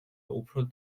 უფრო